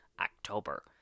October